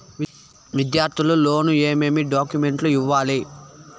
విద్యార్థులు లోను ఏమేమి డాక్యుమెంట్లు ఇవ్వాలి?